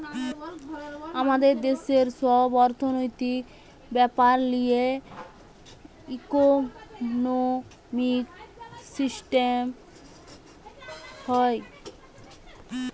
আমাদের দেশের সব অর্থনৈতিক বেপার লিয়ে ইকোনোমিক সিস্টেম হয়